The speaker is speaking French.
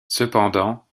cependant